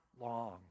long